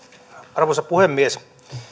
arvoisa puhemies